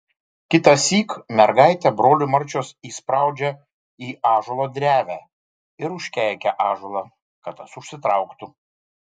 kitąsyk mergaitę brolių marčios įspraudžia į ąžuolo drevę ir užkeikia ąžuolą kad tas užsitrauktų